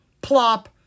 Plop